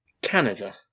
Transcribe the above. Canada